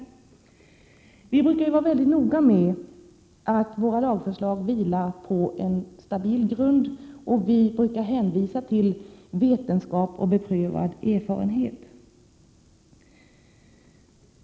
Detta är alltså vad klientorganisationerna säger. Vi brukar ju vara väldigt noga med att våra lagförslag vilar på en stabil grund, och vi brukar hänvisa till vetenskap och beprövad erfarenhet.